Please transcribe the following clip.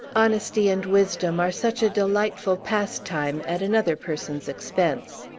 honesty and wisdom are such a delightful pastime, at another person's expense!